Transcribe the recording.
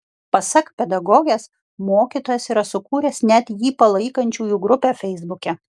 pasak pedagogės mokytojas yra sukūręs net jį palaikančiųjų grupę feisbuke